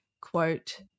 quote